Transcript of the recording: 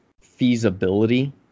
feasibility